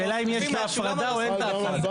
השאלה אם יש את ההפרדה או אין את ההפרדה.